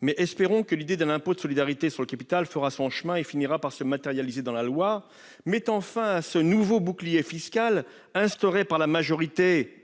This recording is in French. mais espérons que l'idée d'un impôt de solidarité sur le capital fera son chemin et finira par se matérialiser dans la loi, mettant fin à ce nouveau bouclier fiscal instauré par la majorité